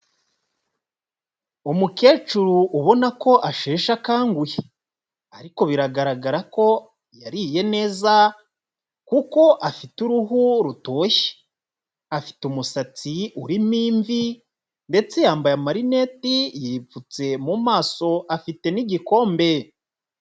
Umukecuru ubona ko asheshe akanguyehe. Ariko biragaragara ko yariye neza, kuko afite uruhu rutoshye. Afite umusatsi urimo imvi ndetse yambaye amarineti, yipfutse mu maso, afite n'igikombe.